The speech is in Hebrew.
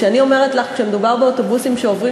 כשאני אומרת לך שמדובר באוטובוסים שעוברים